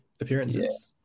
appearances